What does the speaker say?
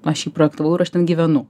aš jį projektavau ir aš ten gyvenu